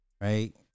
right